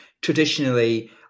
traditionally